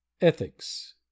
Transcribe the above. Ethics